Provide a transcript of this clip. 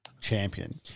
champion